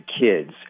kids